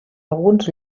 alguns